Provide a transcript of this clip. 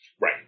Right